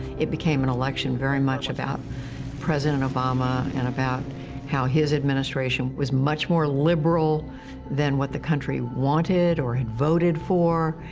it became an election very much about president obama and about how his administration was much more liberal than what the country wanted or had voted for.